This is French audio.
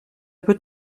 peut